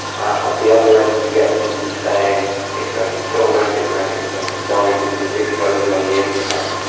ah the other end you get people saying it's going to kill magic, magic is going to die because of the exposure on the internet.